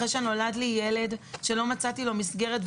אחרי שנולד לי ילד שלא מצאתי לו מסגרת.